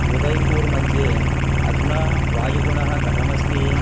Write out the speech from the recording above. उदय्पूर्मध्ये अधुना वायुगुणः कथमस्ति